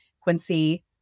Quincy